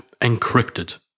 encrypted